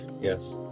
Yes